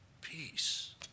peace